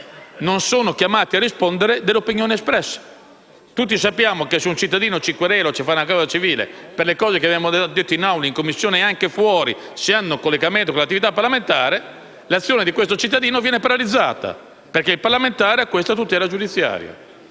non sono chiamati a rispondere delle opinioni espresse. Tutti sappiamo che se un cittadino ci querela o ci intenta una causa civile per le cose dette in Assemblea, in Commissione, o anche fuori se queste hanno un collegamento con l'attività parlamentare, l'azione di questo cittadino viene paralizzata, perché il parlamentare ha una tutela giudiziaria,